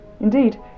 Indeed